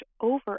over